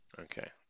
Okay